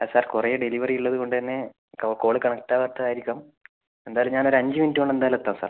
ആ സാർ കുറെ ഡെലിവറി ഉള്ളത് കൊണ്ട് തന്നെ കോള് കണക്ട് ആവാത്തത് ആയിരിക്കും എന്തായാലും ഞാൻ ഒര് അഞ്ച് മിനിറ്റ് കൊണ്ട് എത്താം സാർ